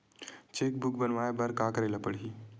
Cheque book बनवाय बर का करे ल पड़हि?